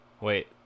Wait